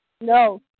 No